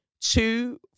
two